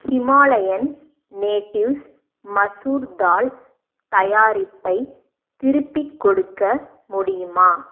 Himalayan Natives மசூர் தால் தயாரிப்பை திருப்பிக் கொடுக்க முடியுமா